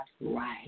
right